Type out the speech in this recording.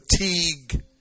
fatigue